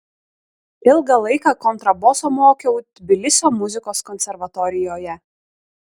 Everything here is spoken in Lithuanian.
ilgą laiką kontraboso mokiau tbilisio muzikos konservatorijoje